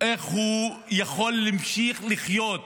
איך הוא יוכל להמשיך לחיות